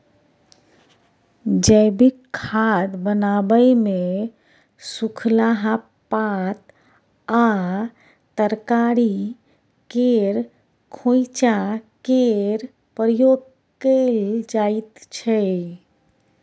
जैबिक खाद बनाबै मे सुखलाहा पात आ तरकारी केर खोंइचा केर प्रयोग कएल जाइत छै